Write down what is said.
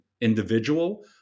individual